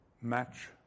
match